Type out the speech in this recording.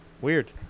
Weird